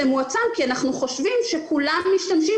זה מועצם כי אנחנו חושבים שכולם משתמשים